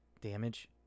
damage